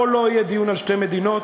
פה לא יהיה דיון על שתי מדינות.